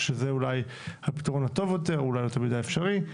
שזה אולי הפתרון הטוב יותר, אולי לא תמיד אפשרי.